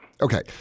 Okay